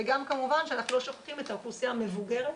וגם כמובן שאנחנו לא שוכחים את האוכלוסייה המבוגרת,